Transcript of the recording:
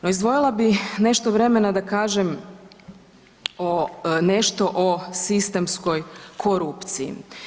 No, izdvojila bi nešto vremena da kažem o, nešto o sistemskoj korupciji.